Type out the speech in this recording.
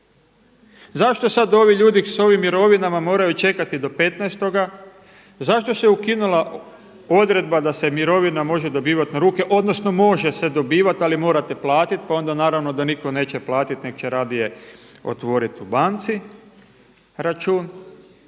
Zašto sada ovi ljudi s ovim mirovinama moraju čekati do 15.-oga? Zašto se ukinula odredba da se mirovina može dobivati na ruke, odnosno može se dobivati ali morate platiti, pa onda naravno da nitko neće platiti nego će radije otvoriti u banci račun?